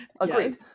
Agreed